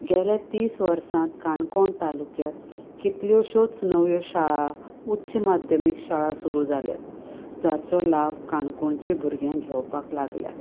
गेले तीस वर्सांत काणकोण तालुक्यांत कितल्योश्योच नव्यो शाळा उच्च माध्यमीक शाळा सुरू जाल्यात जाचो लाव काणकोणची भुरग्यां घेवपाक लागल्यांत